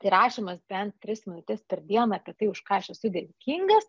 tai rašymas bent tris minutes per dieną apie tai už ką aš esu dėkingas